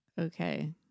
Okay